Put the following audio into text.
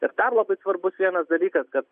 ir dar labai svarbus vienas dalykas kad